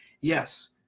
Yes